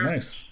Nice